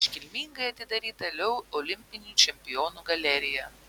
iškilmingai atidaryta leu olimpinių čempionų galerija